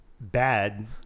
bad